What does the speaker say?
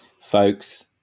Folks